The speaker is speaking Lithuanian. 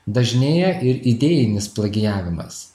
dažnėja ir idėjinis plagijavimas